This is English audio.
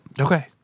Okay